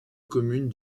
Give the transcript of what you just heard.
communes